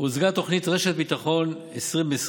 הוצגה תוכנית רשת ביטחון 2021-2020,